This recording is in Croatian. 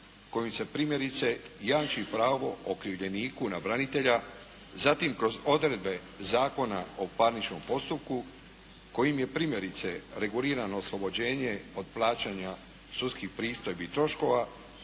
kojim se primjerice jamči pravo okrivljeniku na branitelja, zatim kroz odredbe Zakona o parničnom postupku kojim je primjerice regulirano oslobođenje od plaćanja sudskih pristojbi i troškova,